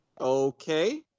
Okay